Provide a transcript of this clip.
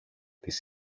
της